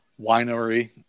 winery